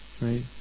Right